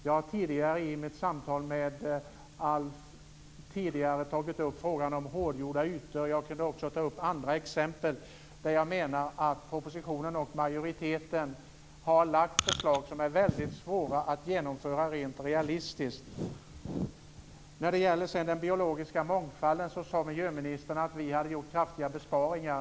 Jag har tidigare i samtal med Alf tagit upp frågan om hårdgjorda ytor. Jag skulle kunna nämna andra exempel på, menar jag, förslag i propositionen, från majoriteten, som det rent realistiskt är väldigt svårt att genomföra. När det gäller den biologiska mångfalden sade miljöministern att vi har gjort kraftiga besparingar.